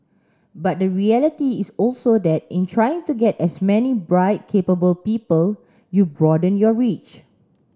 but the reality is also that in trying to get as many bright capable people you broaden your reach